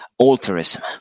altruism